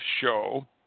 show